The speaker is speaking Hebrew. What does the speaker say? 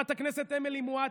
חברת הכנסת אמילי מואטי,